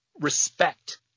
respect